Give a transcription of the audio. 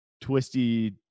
twisty